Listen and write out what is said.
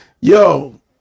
Yo